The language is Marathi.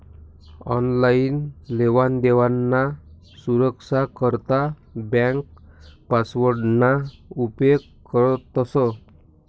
आनलाईन लेवादेवाना सुरक्सा करता ब्यांक पासवर्डना उपेग करतंस